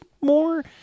more